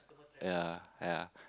ya ya